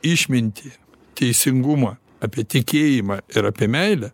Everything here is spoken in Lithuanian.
išmintį teisingumą apie tikėjimą ir apie meilę